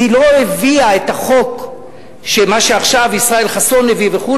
היא לא הביאה את החוק שעכשיו ישראל חסון הביא וכו',